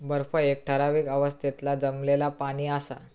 बर्फ एक ठरावीक अवस्थेतला जमलेला पाणि असा